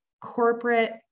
corporate